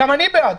גם אני בעד.